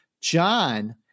John